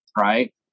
right